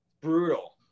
brutal